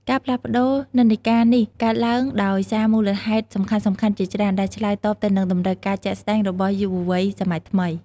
ការផ្លាស់ប្ដូរនិន្នាការនេះកើតឡើងដោយសារមូលហេតុសំខាន់ៗជាច្រើន ដែលឆ្លើយតបទៅនឹងតម្រូវការជាក់ស្ដែងរបស់យុវវ័យសម័យថ្មី។